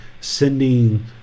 sending